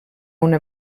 una